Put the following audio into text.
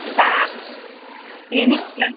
dove clinic plus